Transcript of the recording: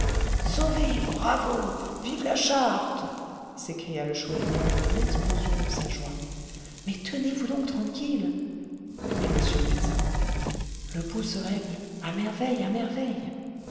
sauvé bravo vive la charte s'écria le chourineur dans l'explosion de sa joie mais tenez-vous donc tranquille oui monsieur le médecin le pouls se règle à merveille à merveille